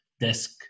desk